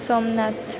Somnath